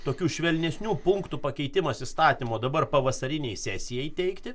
tokių švelnesnių punktų pakeitimas įstatymo dabar pavasarinei sesijai teikti